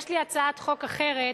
יש לי הצעת חוק אחרת,